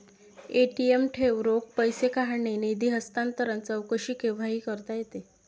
ATM ठेव, रोख पैसे काढणे, निधी हस्तांतरण, चौकशी केव्हाही करता येते